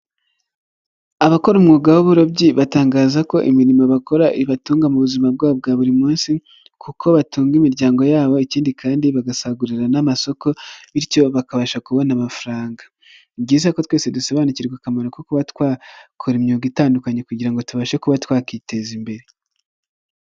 Abakora umwuga w'uburobyi batangaza ko imirimo bakora ibatunga mu buzima bwabo bwa buri munsi kuko batunga imiryango yabo ikindi kandi bagasagurira n'amasoko bityo bakabasha kubona amafaranga, ni byiza ko twese dusobanukirwa akamaro ko kuba twakora imyuga itandukanye kugira ngo tubashe kuba twakiteza imbere.